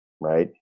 right